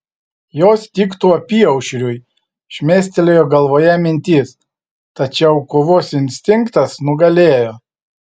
jos tiktų apyaušriui šmėstelėjo galvoje mintis tačiau kovos instinktas nugalėjo